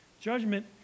Judgment